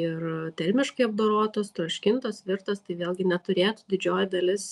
ir termiškai apdorotos troškintos virtos tai vėlgi neturėtų didžioji dalis